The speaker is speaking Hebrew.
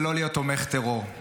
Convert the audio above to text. ולא להיות תומך טרור,